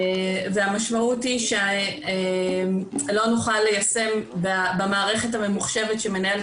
המשמעות היא שלא נוכל ליישם במערכת הממוחשבת שמנהלת